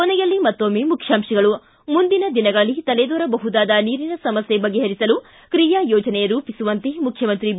ಕೊನೆಯಲ್ಲಿ ಮತ್ತೊಮ್ಮೆ ಮುಖ್ಯಾಂಶಗಳು ಿ ಮುಂದಿನ ದಿನಗಳಲ್ಲಿ ತಲೆದೋರಬಹುದಾದ ನೀರಿನ ಸಮಸ್ಯೆ ಬಗೆಹರಿಸಲು ಕ್ರಿಯಾಯೋಜನೆ ರೂಪಿಸುವಂತೆ ಮುಖ್ಯಮಂತ್ರಿ ಬಿ